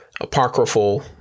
apocryphal